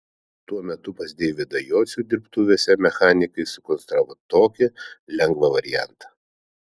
tuo metu pas deividą jocių dirbtuvėse mechanikai sukonstravo tokį lengvą variantą